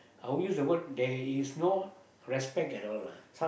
I would use the word there is no respect at all lah